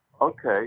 Okay